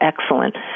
excellent